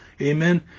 Amen